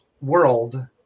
world